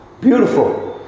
Beautiful